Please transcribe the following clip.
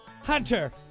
Hunter